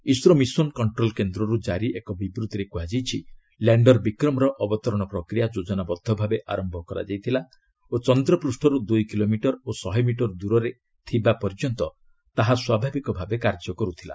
ISRO mission control କେନ୍ଦ୍ରରୁ କାରି ଏକ ବିବୃତ୍ତିରେ କୁହାଯାଇଛି ଲ୍ୟାଣ୍ଡର ବିକ୍ରମର ଅବତରଣ ପ୍ରକ୍ରିୟା ଯୋଜନାବଦ୍ଧ ଭାବେ ଆରମ୍ଭ କରାଯାଇଥିଲା ଓ ଚନ୍ଦ୍ରପୃଷ୍ଠରୁ ଦୁଇ କିଲୋମିଟର ଓ ଶହେ ମିଟର ଦୂରରେ ଥିବାପର୍ଯ୍ୟନ୍ତ ଏହା ସ୍ୱାଭାବିକ ଭାବେ କାର୍ଯ୍ୟ କରୁଥିଲା